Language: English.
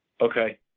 Okay